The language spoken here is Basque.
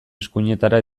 eskuinetara